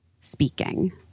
speaking